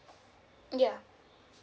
yeah